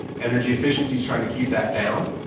energy efficiencies, trying to keep that down.